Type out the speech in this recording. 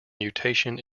mutation